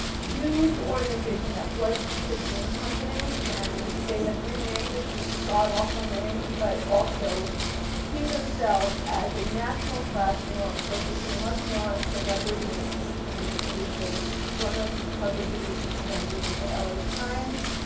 news organization that was the tribune company and they had renamed it this god awful name, but also see themselves as a national platform focusing much more on celebrity and entertainment news. don't know if you've covered the recent scandals at the la times.